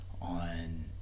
on